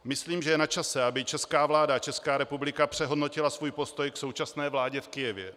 Myslím, že je načase, aby česká vláda a Česká republika přehodnotily svůj postoj k současné vládě v Kyjevě.